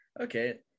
okay